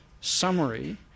summary